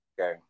Okay